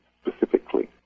specifically